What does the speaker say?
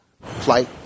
flight